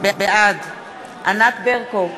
בעד ענת ברקו,